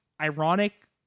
ironic